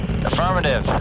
Affirmative